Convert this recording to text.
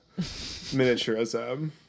miniaturism